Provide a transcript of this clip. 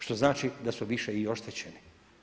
Što znači da su više i oštećeni.